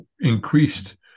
increased